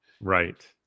right